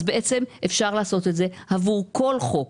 אז בעצם אפשר לעשות את זה עבור כל חוק.